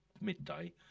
midday